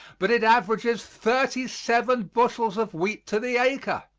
but it averages thirty-seven bushels of wheat to the acre.